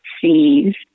sees